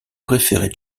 préférait